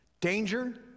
Danger